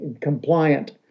compliant